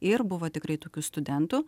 ir buvo tikrai tokių studentų